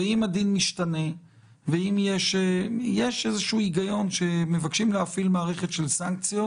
ואם הדין משתנה ויש איזשהו הגיון כשמבקשים להפעיל מערכת של סנקציות